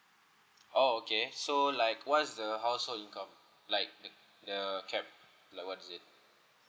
oh okay so like what's the household income like the the cap like what is it